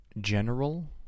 general